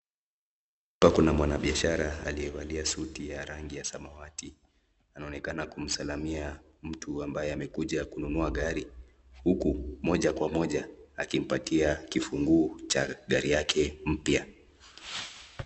Hapa kuna mwanabiashara aliyevalia suti ya rangi ya samawati. Anaonekana kumsalimia mtu ambaye amekuja kununua gari huku moja kwa moja akimpatia kifunguo cha gari yake mpya.